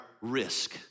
risk